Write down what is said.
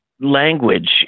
language